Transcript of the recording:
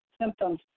symptoms